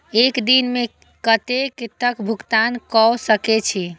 एक दिन में कतेक तक भुगतान कै सके छी